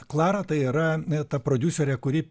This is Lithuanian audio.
klara tai yra n ta prodiuserė kuri